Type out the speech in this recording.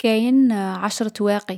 كاين عشر تواقي.